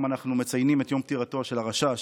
אנחנו מציינים את יום פטירתו של הרש"ש,